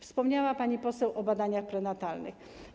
Wspomniała pani poseł o badaniach prenatalnych.